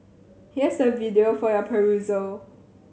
here's the video for your perusal